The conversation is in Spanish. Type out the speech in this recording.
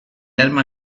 arma